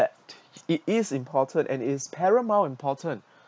that it is important and it's paramount importance